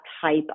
type